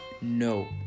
No